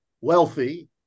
wealthy